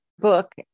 book